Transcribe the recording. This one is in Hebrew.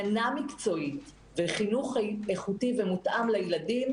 הגנה מקצועית וחינוך איכותי ומותאם לילדים